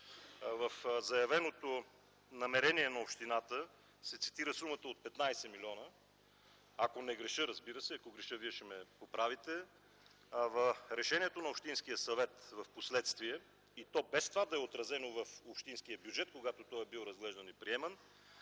В заявеното намерение на общината се цитира сумата от 15 милиона, ако не греша, разбира се. Ако греша, Вие ще ме поправите. Решението на Общинския съвет впоследствие, и то без това да е отразено в общинския бюджет, когато той е бил разглеждан и приеман,